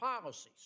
policies